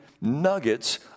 nuggets